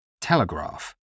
Telegraph